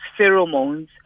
pheromones